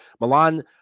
Milan